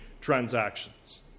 transactions